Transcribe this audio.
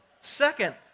Second